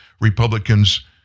Republicans